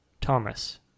Thomas